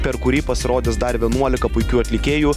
per kurį pasirodys dar vienuolika puikių atlikėjų